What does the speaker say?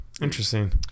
interesting